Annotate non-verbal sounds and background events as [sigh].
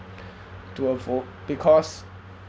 [breath] to a vote because